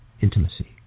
intimacy